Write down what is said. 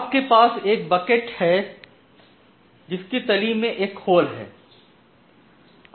आपके पास एक बकेट है जिसकी तली में एक होल है